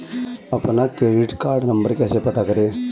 अपना credit card number कैसे पता करें?